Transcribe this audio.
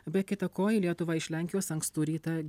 be kita ko į lietuvą iš lenkijos ankstų rytą